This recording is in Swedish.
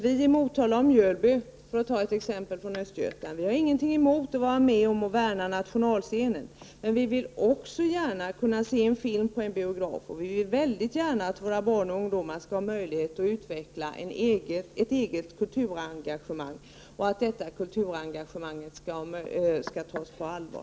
Vi i Motala och Mjölby, för att anknyta till Östergötland, har ingenting emot att vara med och värna nationalscenerna. Men vi vill också gärna kunna se en film på någon biograf. Dessutom vill vi väldigt gärna att våra barn och ungdomar skall ha möjlighet att utveckla ett eget kulturengagemang och att detta kulturengagemang skall tas på allvar.